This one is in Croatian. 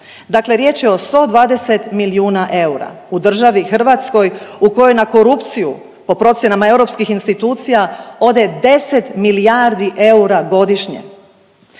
Dakle, riječ je o 120 milijuna eura u državi Hrvatskoj u kojoj na korupciju po procjena europskih institucija ode 10 milijardi eura godišnje.